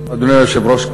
אדוני היושב-ראש,